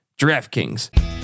draftkings